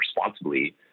responsibly